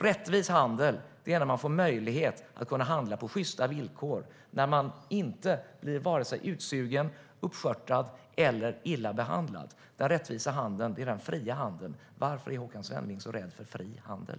Rättvis handel är när man får möjlighet att handla på sjysta villkor, när man inte blir vare sig utsugen, uppskörtad eller illa behandlad. Den rättvisa handeln är den fria handeln. Varför är Håkan Svenneling så rädd för fri handel?